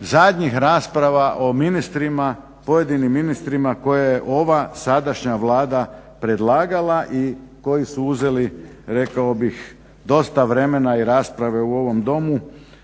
zadnjih rasprava o ministrima, pojedinim ministrima koje je ova sadašnja Vlada predlagala i koji su uzeli rekao bih dosta vremena i rasprave u ovom domu.